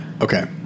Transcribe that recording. Okay